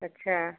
अच्छा